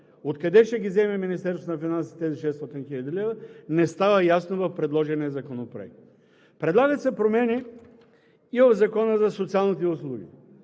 Откъде ще ги вземе Министерството на финансите тези 600 хил. лв. не става ясно в предложения законопроект. Предлагат се промени и в Закона за социалните услуги.